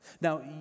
Now